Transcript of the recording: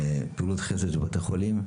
פעולות חסד בבתי חולים,